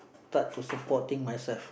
start to supporting myself